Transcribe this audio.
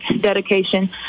dedication